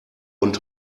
und